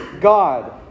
God